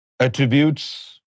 Attributes